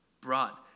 brought